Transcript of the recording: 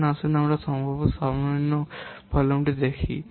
এখন আসুন সম্ভাব্য সর্বনিম্ন ভলিউমটি দেখি